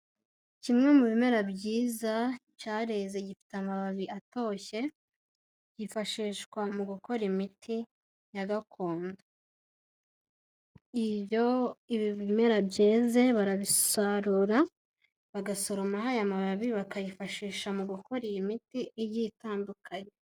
Kimwe mu bimera byiza cyareze gifite amababi atoshye yifashishwa mu gukora imiti ya gakondo. Iyo ibimera byeze barabisarura bagasoromaho aya mababi bakayifashisha mu gukora iyi miti igiye itandukanye.